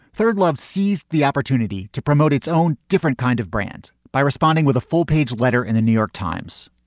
third love seized the opportunity to promote its own different kind of brand by responding with a full page letter in the new york times.